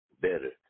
better